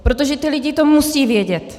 Protože ty lidi to musí vědět.